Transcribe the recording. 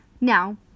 Now